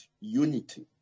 unity